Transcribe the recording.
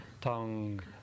tongue